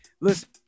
listen